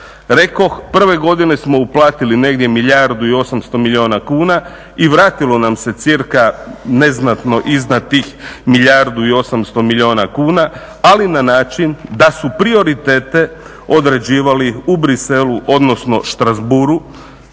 Rekoh prve godine smo uplatili negdje milijardu i osamsto milijuna kuna i vratilo nam se cirka neznatno iznad tih milijardu i osamsto milijuna kuna, ali na način da su prioritete određivali u Bruxellesu odnosno Strasbourgu